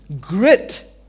grit